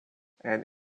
and